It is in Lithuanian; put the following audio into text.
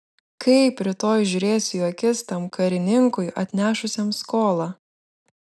kaip rytoj žiūrėsiu į akis tam karininkui atnešusiam skolą